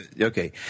okay